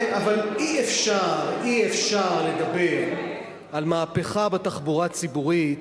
כן, אבל אי-אפשר לדבר על מהפכה בתחבורה הציבורית